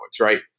right